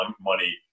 money